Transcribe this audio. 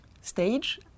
stage